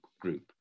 group